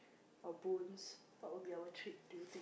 or bones what will be our treats do you think